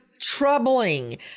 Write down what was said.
troubling